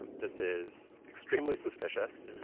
and this is extremely suspicious.